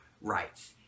rights